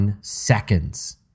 seconds